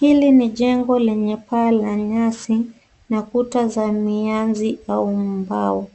Hili ni jengo lenye paa la nyasi na kuta za mianzi au mbao.